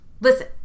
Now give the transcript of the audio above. listen